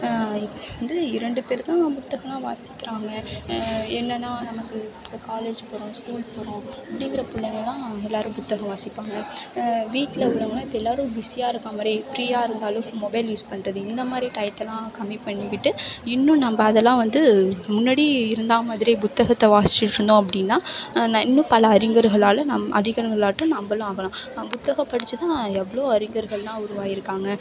வந்து இரண்டு பேர் தான் புத்தகமெல்லாம் வாசிக்கிறாங்க என்னென்னா நமக்கு இப்போ காலேஜ் போகிறோம் ஸ்கூல் போகிறோம் அப்படிங்குற பிள்ளைங்கள்ல்லாம் எல்லாேரும் புத்தகம் வாசிப்பாங்க வீட்டில் உள்ளவங்களெல்லாம் இப்போ எல்லாேரும் பிஸியாக இருக்க மாதிரி ஃப்ரீயாக இருந்தாலும் மொபைல் யூஸ் பண்ணுறது இந்தமாதிரி டயத்தெல்லாம் கம்மி பண்ணிக்கிட்டு இன்னும் நம்ம அதெல்லாம் வந்து முன்னாடி இருந்த மாதிரியே புத்தகத்தை வாசிச்சுட்ருந்தோம் அப்படின்னா இன்னும் பல அறிஞர்களால் நம் அறிஞர்களாட்டம் நம்மளும் ஆகலாம் புத்தகம் படித்து தான் எவ்வளோ அறிஞர்களெல்லாம் உருவாகியிருக்காங்க